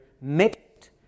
mixed